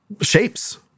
shapes